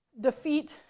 defeat